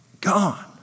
Gone